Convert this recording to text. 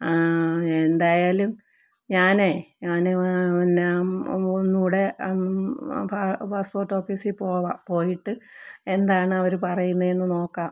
എന്തായാലും ഞാനെ ഞാന് എന്നാല് ഒന്നുകൂടെ പാസ്പോര്ട്ട് ഓഫീസില് പോവാം പോയിട്ട് എന്താണ് അവര് പറയുന്നതെന്ന് നോക്കാം